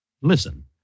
Listen